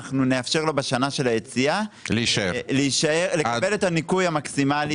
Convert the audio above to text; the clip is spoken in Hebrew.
אנחנו נאפשר לו בשנה של היציאה לקבל את הניכוי המקסימלי,